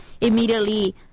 Immediately